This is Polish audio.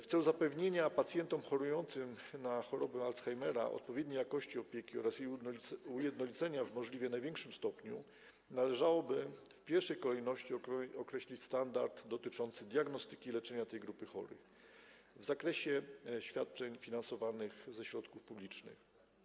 W celu zapewnienia pacjentom chorującym na chorobę Alzheimera odpowiedniej jakości opieki oraz jej ujednolicenia w możliwie największym stopniu należałoby w pierwszej kolejności określić standard dotyczący diagnostyki i leczenia tej grupy chorych w zakresie świadczeń finansowanych ze środków publicznych.